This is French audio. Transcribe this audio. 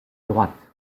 droite